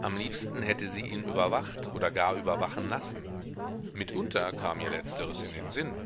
am liebsten hätte sie ihn überwacht oder gar überwachen lassen mitunter kam ihr letzteres in den sinn